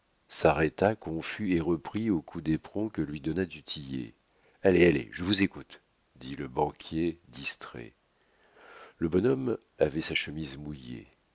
s'arrêta confus et reprit au coup d'éperon que lui donna du tillet allez allez je vous écoute dit le banquier distrait le bonhomme avait sa chemise mouillée